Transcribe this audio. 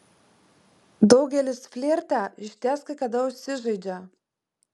daugelis flirte išties kai kada užsižaidžia